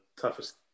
toughest